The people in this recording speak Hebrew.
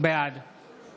בעד